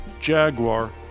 Jaguar